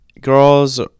Girls